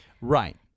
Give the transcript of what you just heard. Right